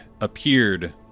appeared